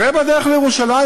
ובדרך לירושלים,